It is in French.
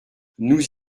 nous